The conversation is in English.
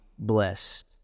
blessed